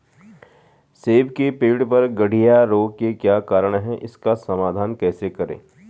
सेब के पेड़ पर गढ़िया रोग के क्या कारण हैं इसका समाधान कैसे करें?